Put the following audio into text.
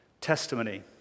testimony